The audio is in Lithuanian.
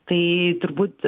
tai turbūt